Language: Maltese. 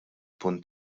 punt